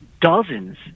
dozens